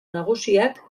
nagusiak